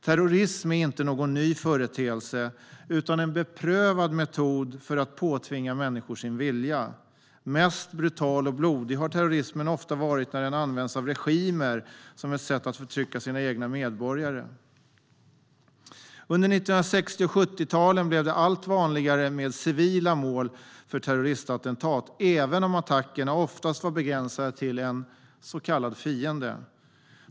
Terrorism är inte någon ny företeelse utan en beprövad metod för att påtvinga människor ens egen vilja. Mest brutal och blodig har terrorismen ofta varit när den använts av regimer som ett sätt att förtrycka sina egna medborgare. Under 1960 och 1970-talen blev det allt vanligare med civila mål för terroristattentat, även om attackerna oftast var begränsade till en så kallad fiende.